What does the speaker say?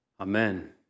amen